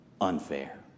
unfair